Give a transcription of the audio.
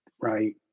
right